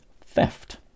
theft